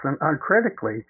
uncritically